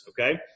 Okay